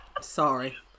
Sorry